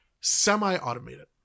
semi-automated